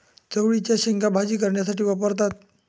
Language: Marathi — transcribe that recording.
चवळीच्या शेंगा भाजी करण्यासाठी वापरतात